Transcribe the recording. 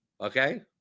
okay